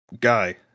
guy